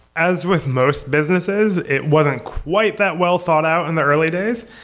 as with most businesses, it wasn't quite that well thought out in the early days.